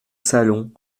salon